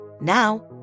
Now